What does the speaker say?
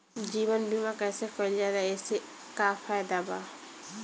जीवन बीमा कैसे कईल जाला एसे का फायदा बा?